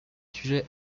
sujet